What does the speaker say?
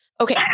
Okay